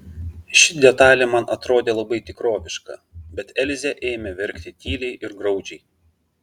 ši detalė man atrodė labai tikroviška bet elzė ėmė verkti tyliai ir graudžiai